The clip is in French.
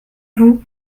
vous